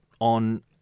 on